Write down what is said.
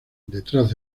detrás